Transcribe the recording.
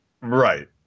Right